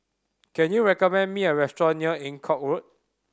can you recommend me a restaurant near Eng Kong Road